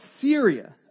Syria